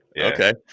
Okay